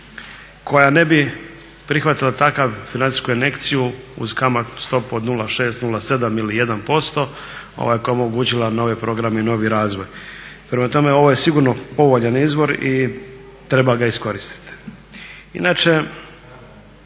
koja ne bi prihvatila takav financijsku injekciju uz kamatnu stopu od 0,6, 07, ili 1% koja je omogućila nove programe i novi razvoj. Prema tome, ovo je sigurno povoljan izvor i treba ga iskoristiti.